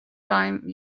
time